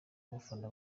abafana